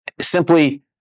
simply